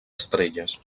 estrelles